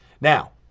Now